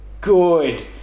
good